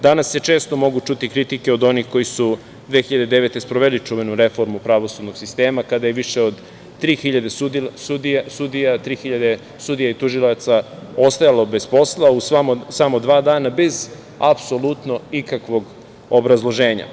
Danas se često mogu čuti kritike od onih koji su 2009. godine sproveli čuvenu reformu pravosudnog sistema, kada je više od tri hiljade sudija i tužilaca ostajalo bez posla u samo dva dana, bez apsolutno ikakvog obrazloženja.